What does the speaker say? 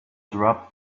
dropped